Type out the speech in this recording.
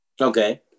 Okay